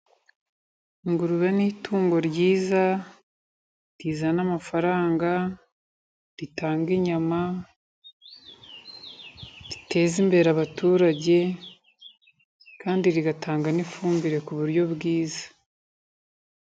Ingurube ni itungo ryiza, rizana amafaranga, ritanga inyama ziteza imbere abaturage kandi rigatanga n'ifumbire ku buryo bwiza.